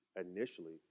initially